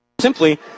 simply